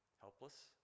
helpless